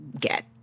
get